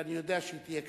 ואני יודע שהיא תהיה קצרה.